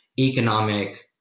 economic